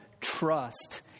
trust